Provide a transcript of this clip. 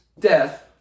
death